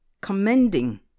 commending